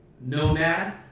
Nomad